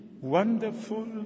wonderful